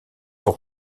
pour